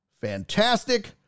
Fantastic